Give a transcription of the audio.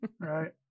right